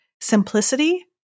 simplicity